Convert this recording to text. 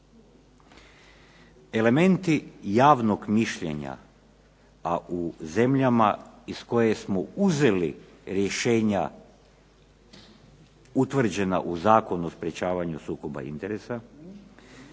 Elementi javnog mišljenja, a u zemljama iz koje smo uzeli rješenja utvrđena u Zakonu o sprečavanju sukoba interesa